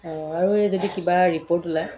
অঁ আৰু এই যদি কিবা ৰিপৰ্ট ওলায়